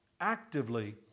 actively